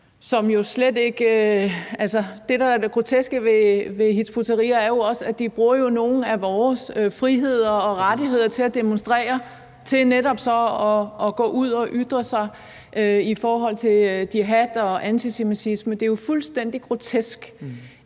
det, der er det groteske ved Hizb ut-Tahrir, er jo netop også, at de bruger nogle af vores friheder og rettigheder til at demonstrere og gå ud og ytre sig i forhold til jihad og antisemitisme. Det er jo fuldstændig grotesk.